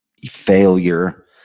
failure